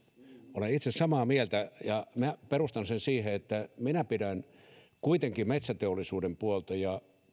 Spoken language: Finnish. olen itse samaa mieltä ja perustan sen siihen että minä pidän kuitenkin metsäteollisuuden puolta ja